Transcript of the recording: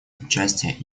участия